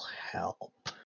help